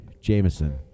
Jameson